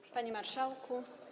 Panie Marszałku!